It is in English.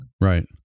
Right